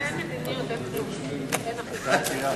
כלום, כלום, אין מדיניות, אין כלום,